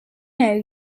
know